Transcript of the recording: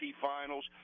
finals